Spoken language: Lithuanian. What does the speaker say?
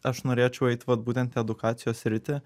aš norėčiau eit vat būtent į edukacijos sritį